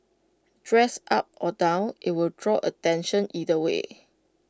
dressed up or down IT will draw attention either way